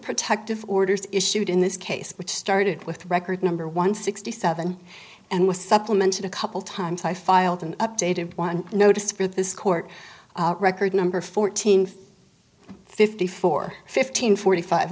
protective orders issued in this case which started with record number one sixty seven and was supplemented a couple times i filed an updated one notice for this court record number fourteen fifty four fifteen forty five